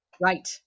Right